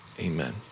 Amen